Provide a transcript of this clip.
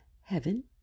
heaven